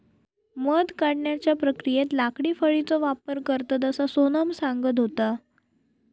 मध काढण्याच्या प्रक्रियेत लाकडी फळीचो वापर करतत, असा सोनम सांगत होता